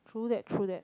true that true that